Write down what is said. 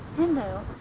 endo.